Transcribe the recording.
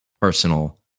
personal